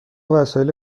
وسایل